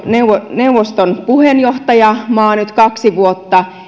neuvoston puheenjohtajamaa nyt kaksi vuotta